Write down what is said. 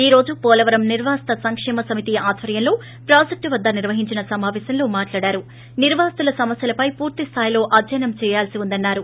ఈ రోజు పోలవరం నిర్వాసిత సంక్షేమ సమితి ఆధ్వర్యంలో ప్రాజెక్టు వద్ద నిర్వహించిన సమావేశంలో మాట్లాడుతూ నిర్వాసితుల సమస్యలపై పూర్తి స్దాయిలో అధ్యయనం చేయాల్సి ఉందన్నారు